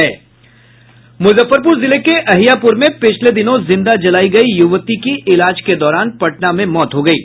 मुजफ्फरपुर जिले के अहियापुर में पिछले दिनों जिंदा जलायी गयी युवती की इलाज के दौरान पटना में मौत हो गयी